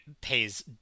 pays